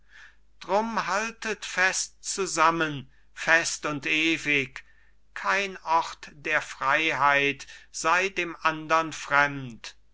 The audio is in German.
drum haltet fest zusammen fest und ewig kein ort der freiheit sei dem andern fremd